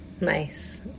Nice